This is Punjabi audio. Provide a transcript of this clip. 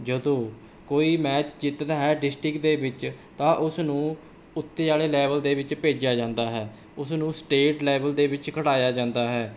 ਜਦੋਂ ਕੋਈ ਮੈਚ ਜਿੱਤਦਾ ਹੈ ਡਿਸਟਿਕ ਦੇ ਵਿੱਚ ਤਾਂ ਉਸ ਨੂੰ ਉੱਤੇ ਵਾਲੇ ਲੈਵਲ ਦੇ ਵਿੱਚ ਭੇਜਿਆ ਜਾਂਦਾ ਹੈ ਉਸਨੂੰ ਸਟੇਟ ਲੈਵਲ ਦੇ ਵਿੱਚ ਖੇਡਾਇਆ ਜਾਂਦਾ ਹੈ